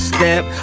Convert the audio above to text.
Step